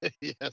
yes